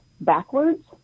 backwards